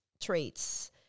traits